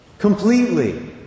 Completely